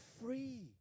free